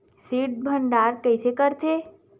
शीत भंडारण कइसे करथे?